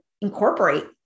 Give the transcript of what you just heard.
incorporate